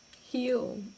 Heal